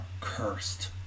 cursed